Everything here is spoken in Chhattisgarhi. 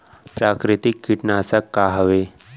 प्राकृतिक कीटनाशक का हवे?